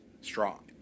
strong